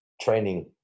training